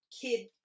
kid